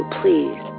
please